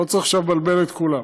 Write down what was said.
לא צריך עכשיו לבלבל את כולם.